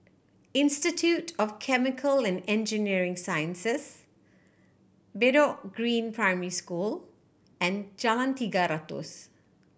Institute of Chemical and Engineering Sciences Bedok Green Primary School and Jalan Tiga Ratus